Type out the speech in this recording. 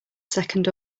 second